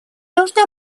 должны